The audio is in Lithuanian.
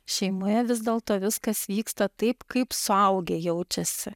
šeimoje vis dėlto viskas vyksta taip kaip suaugę jaučiasi